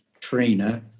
Trina